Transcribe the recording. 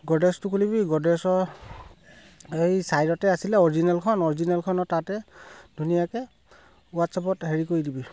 গড্ৰেজটো খুলিবি গড্ৰেজৰ এই ছাইডতে আছিলে অৰিজিনেলখন অৰিজিনেলখনৰ তাতে ধুনীয়াকে হোৱাটছআপত হেৰি কৰি দিবি